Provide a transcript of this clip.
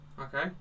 Okay